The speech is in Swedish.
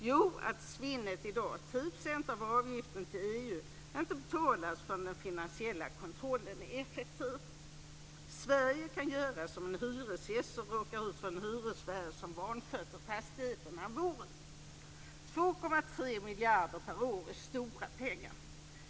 Jo, det är att svinnet på i dag 10 % av avgiften till EU inte betalas förrän den finansiella kontrollen är effektiv. Sverige kan göra som en hyresgäst som råkar ut för en hyresvärd som vansköter fastigheten han bor i. 2,3 miljarder per år är stora pengar.